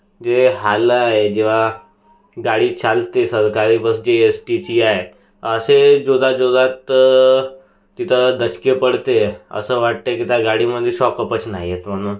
जे हाल आहे जेव्हा गाडी चालते सरकारी बस जी एस टीची आहे असे जोराजोरात तिथं दचके पडते असं वाटतं की त्या गाडीमध्ये शॉकअपच नाही आहेत म्हणून